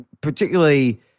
particularly